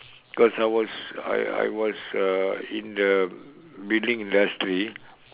because I was I I was uh in the building industry